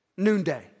noonday